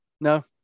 No